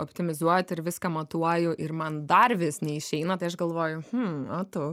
optimizuot ir viską matuoju ir man dar vis neišeina tai aš galvoju hm o tu